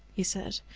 he said.